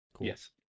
Yes